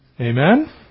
Amen